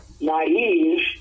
naive